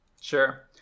Sure